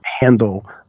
handle